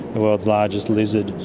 the world's largest lizard,